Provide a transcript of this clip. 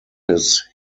his